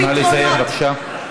נא לסיים, בבקשה.